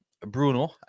Bruno